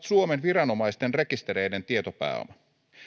suomen viranomaisten rekistereiden tietopääoma